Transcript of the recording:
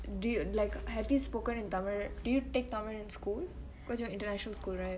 do you like have you spoken tamil do you take tamil in school because you are international school right